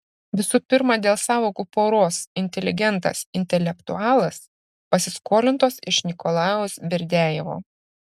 visų pirma dėl sąvokų poros inteligentas intelektualas pasiskolintos iš nikolajaus berdiajevo